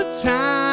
time